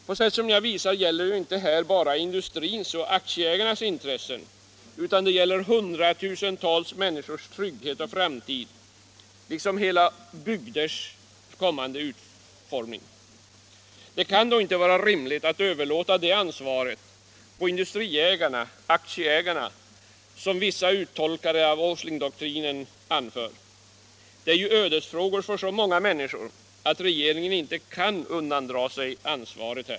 På sätt som jag har visat gäller det inte bara industrins och aktieägarnas intressen, utan det gäller hundratusentals människors trygghet och framtid, liksom hela bygders kommande utformning. Det kan då inte vara rimligt att överlåta det ansvaret på industriägarna, aktieägarna, som vissa uttolkare av Åslingdoktrinen anför. Det är ju ödesfrågor för så många människor att regeringen inte kan undandra sig ansvaret.